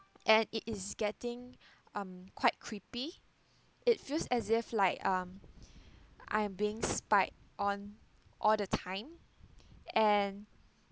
and it is getting um quite creepy it feels as if like um I am being spied on all the time and